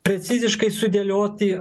preciziškai sudėlioti